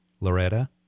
Loretta